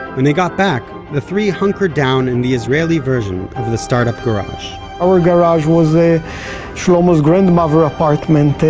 when they got back, the three hunkered down in the israeli version of the startup garage our garage was ah shlomo's grandmother apartment.